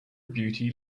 beauty